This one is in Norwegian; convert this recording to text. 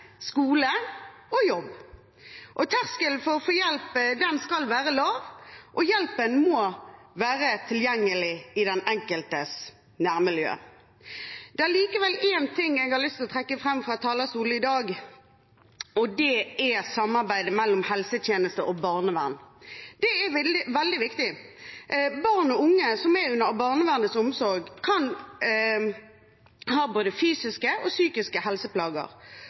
skole og jobb. Terskelen for å få hjelp skal være lav, og hjelpen må være tilgjengelig i den enkeltes nærmiljø. Det er likevel én ting jeg har lyst til å trekke frem fra talerstolen i dag: samarbeidet mellom helsetjeneste og barnevern. Det er veldig viktig. Barn og unge som er under barnevernets omsorg kan ha både fysiske og psykiske helseplager.